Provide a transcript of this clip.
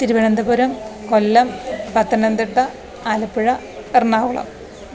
Thiruvananthapuram Kollam Pathanamthitta Alappuzha Ernakulam